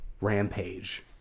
Rampage